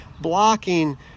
blocking